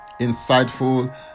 insightful